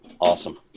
Awesome